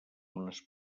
unes